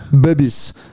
babies